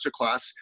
masterclass